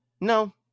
No